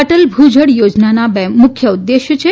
અટલ ભુજળ યોજનાના બે મુખ્ય ઉદેશ્ય છે